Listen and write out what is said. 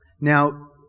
Now